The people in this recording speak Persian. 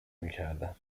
میکردند